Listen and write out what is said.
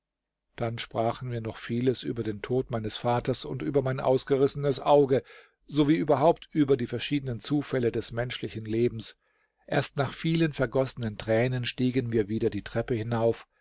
dann sprachen wir noch vieles über den tod meines vaters und über mein ausgerissenes auge sowie überhaupt über die verschiedenen zufälle des menschlichen lebens erst nach vielen vergossenen tränen stiegen wir wieder die treppe hinauf